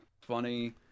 funny